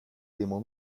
limo